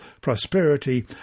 prosperity